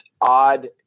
odd